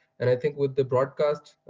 and i think with the broadcast,